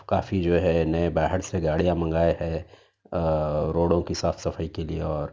کافی جو ہے نٮٔے باہر سے گاڑیاں منگائے ہے اور روڑوں کی صاف صفائی کے لئے اور